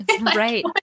Right